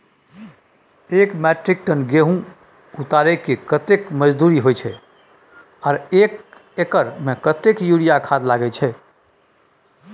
एक metric ton गेहूं उतारेके कतेक मजदूरी होय छै आर एक एकर में कतेक यूरिया खाद लागे छै?